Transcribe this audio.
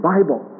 Bible